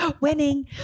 Winning